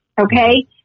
Okay